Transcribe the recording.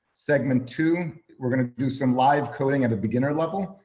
segment two, we're gonna do some live coding at a beginner level.